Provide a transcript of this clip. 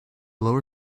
lower